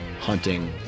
hunting